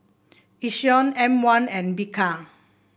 Yishion M one and Bika